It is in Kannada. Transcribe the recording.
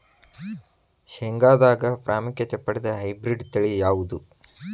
ಶೇಂಗಾದಾಗ ಪ್ರಾಮುಖ್ಯತೆ ಪಡೆದ ಹೈಬ್ರಿಡ್ ತಳಿ ಯಾವುದು?